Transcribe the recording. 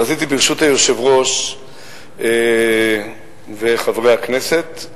רציתי, ברשות היושב-ראש וחברי הכנסת,